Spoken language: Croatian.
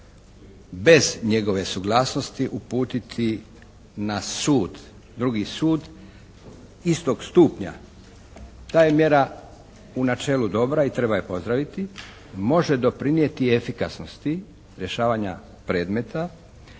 bez njegove suglasnosti uputiti na drugi sud istog stupnja ta je mjera u načelu dobra i treba je pozdraviti, može doprinjeti efikasnosti rješavanja predmeta